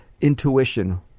intuition